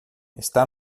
está